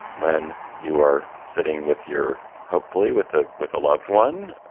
when you are sitting with your hopefully with ah with a loved one,